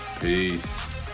Peace